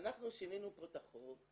אנחנו שינינו את החוק,